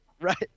Right